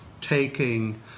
taking